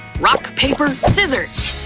rock, paper, scissors!